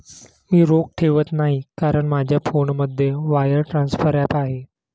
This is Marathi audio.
मी रोख ठेवत नाही कारण माझ्या फोनमध्ये वायर ट्रान्सफर ॲप आहे